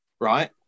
right